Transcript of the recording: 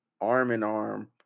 arm-in-arm